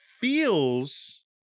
feels